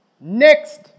Next